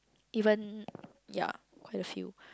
even ya quite a few